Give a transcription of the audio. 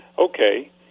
Okay